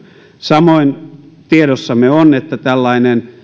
samoin tiedossamme on että